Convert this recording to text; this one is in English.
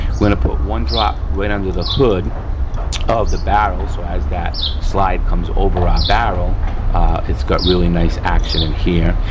we're gonna put one drop right under the hood of the barrel so as that slide comes over our barrel it's got really nice action in here.